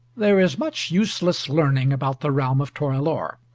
there is much useless learning about the realm of torelore.